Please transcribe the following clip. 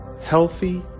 healthy